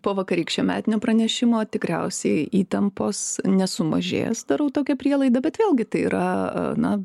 po vakarykščio metinio pranešimo tikriausiai įtampos nesumažės darau tokią prielaidą bet vėlgi tai yra na